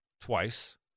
twice